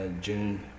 June